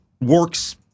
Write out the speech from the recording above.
works